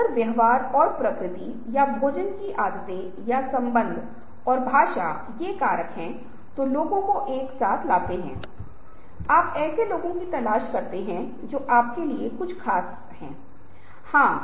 अब आप देखते हैं कि मैं सिर्फ कुछ अन्य मुद्दों पर जल्दी से छूना चाहता हूं उनमें से एक यह है कि छवि आज सब कुछ है प्रारंभिक परंपराओं में छवि पवित्र पुनीत और कीमती थी